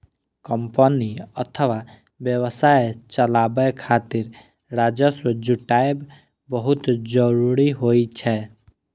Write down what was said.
company अथवा व्यवसाय चलाबै खातिर राजस्व जुटायब बहुत जरूरी होइ छै